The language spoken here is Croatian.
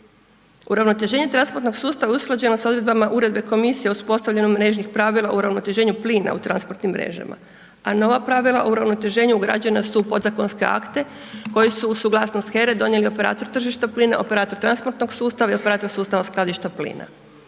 Uravnoteženje transportnog sustava je usklađeno sa Odredbama Uredbe komisije o uspostavljanju mrežnih pravila i uravnoteženju plina u transportnim mrežama, a nova pravila uravnoteženja ugrađena su u podzakonske akte koji su uz suglasnost HERA-e donijeli operator tržišta plina, operator transportnog sustava i operator sustava skladišta plina